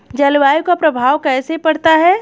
जलवायु का प्रभाव कैसे पड़ता है?